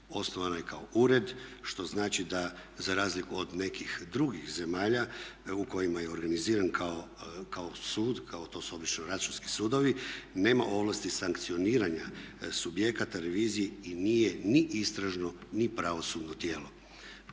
Osnovana je kao ured što znači da za razliku od nekih drugih zemalja u kojima je organiziran kao sud, kao to su obično računski sudovi, nema ovlasti sankcioniranja subjekata revizije i nije ni istražno ni pravosudno tijelo.